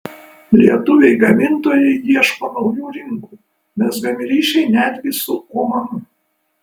lietuviai gamintojai ieško naujų rinkų mezgami ryšiai netgi su omanu